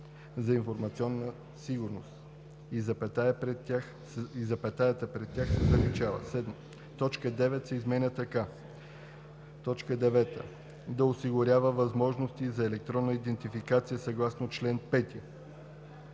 за информационна сигурност“ и запетаята пред тях се заличават. 7. Точка 9 се изменя така: „9. да осигурява възможности за електронна идентификация съгласно чл. 5.“